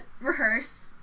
rehearse